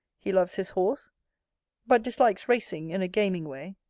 he loves his horse but dislikes racing in a gaming way,